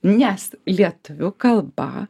nes lietuvių kalba